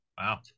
wow